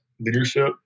leadership